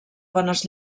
bones